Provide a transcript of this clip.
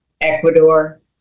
Ecuador